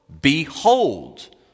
behold